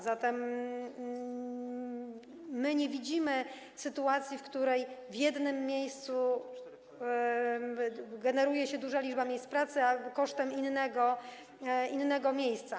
Zatem my nie widzimy sytuacji, w której w jednym miejscu generuje się dużą liczbę miejsc pracy kosztem innego miejsca.